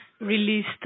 released